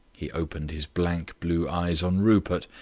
he opened his blank blue eyes on rupert,